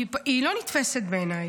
היא לא נתפסת בעיניי.